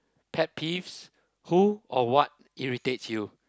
pet peeves who or what irritates you